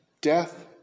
death